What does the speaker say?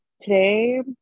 today